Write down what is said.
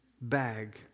bag